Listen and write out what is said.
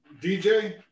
DJ